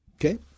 Okay